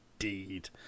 Indeed